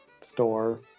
store